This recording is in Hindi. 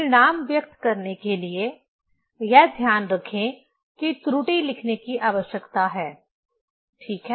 परिणाम व्यक्त करने के लिए यह ध्यान रखें कि त्रुटि लिखने की आवश्यकता है ठीक है